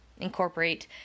incorporate